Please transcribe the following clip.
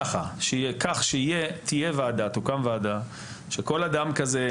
כך שתוקם ועדה שכל אדם כזה,